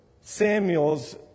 Samuel's